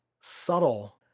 subtle